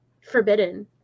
forbidden